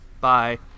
bye